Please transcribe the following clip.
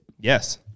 Yes